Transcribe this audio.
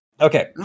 Okay